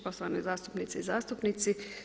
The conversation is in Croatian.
Poštovane zastupnice i zastupnici.